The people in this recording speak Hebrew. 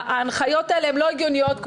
ההנחיות האלה לא הגיוניות,